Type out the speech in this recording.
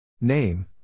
Name